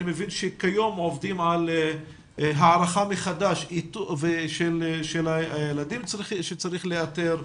אני מבין שכיום עובדים על הערכה מחדש של הילדים שצריך לאתר.